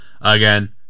again